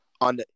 on